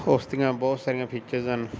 ਉਸਦੀਆਂ ਬਹੁਤ ਸਾਰੀਆਂ ਫੀਚਰਸ ਹਨ